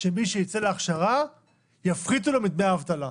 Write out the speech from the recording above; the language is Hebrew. שמי שייצא להכשרה - יפחיתו לו מדמי האבטלה.